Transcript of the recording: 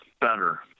better